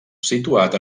situat